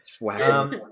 Wow